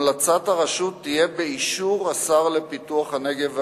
המלצת הרשות תהיה באישור השר לפיתוח הנגב והגליל,